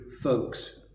folks